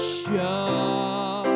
show